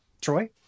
Troy